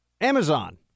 Amazon